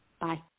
Bye